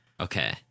Okay